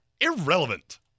irrelevant